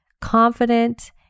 confident